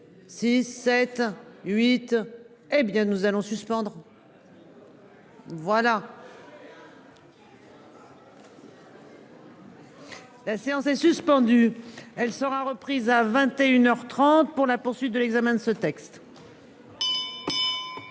huit, hé bien nous allons suspendre. La séance est suspendue. Elle sera reprise à 21h 30 pour la poursuite de l'examen de ce texte.